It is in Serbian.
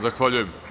Zahvaljujem.